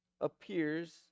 appears